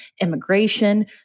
immigration